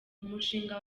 umushinga